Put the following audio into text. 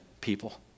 people